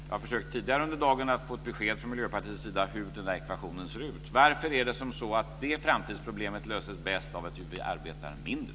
Jag har tidigare under dagen försökt att få ett besked från Miljöpartiets sida om hur den ekvationen ser ut. Varför löses det framtidsproblemet bäst av att vi arbetar mindre?